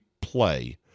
play